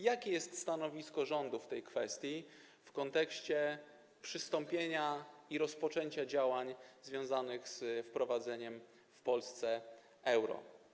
Jakie jest stanowisko rządu w tej kwestii w kontekście przystąpienia... rozpoczęcia działań związanych z wprowadzeniem w Polsce euro?